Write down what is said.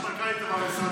יש מנכ"לית במשרד,